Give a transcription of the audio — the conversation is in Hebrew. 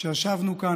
ישבנו כאן,